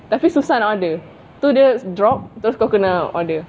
tapi susah nak order tu dia drop terus kau kena order